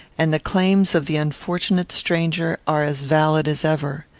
and the claims of the unfortunate stranger are as valid as ever.